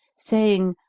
saying,